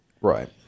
Right